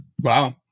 Wow